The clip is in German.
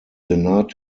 senat